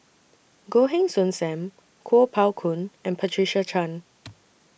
Goh Heng Soon SAM Kuo Pao Kun and Patricia Chan